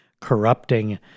corrupting